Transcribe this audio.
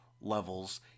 levels